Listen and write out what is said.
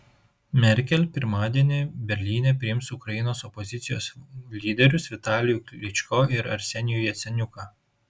merkel pirmadienį berlyne priims ukrainos opozicijos lyderius vitalijų klyčko ir arsenijų jaceniuką